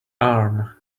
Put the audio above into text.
arm